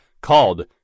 called